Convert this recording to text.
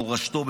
מורשתו,